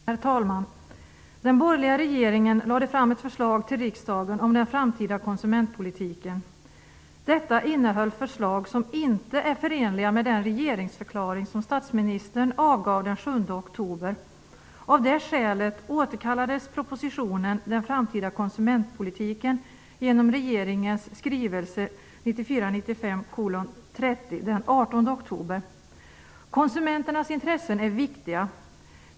Herr talman! Den borgerliga regeringen lade fram en proposition till riksdagen om den framtida konsumentpolitiken. Propositionen innehöll förslag som inte var förenliga med den regeringsförklaring som statsministern avgav den 7 oktober. Av det skälet återkallades propositionen Den framtida konsumentpolitiken genom regeringens skrivelse Konsumenternas intressen är viktiga.